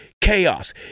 chaos